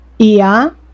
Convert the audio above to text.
Ia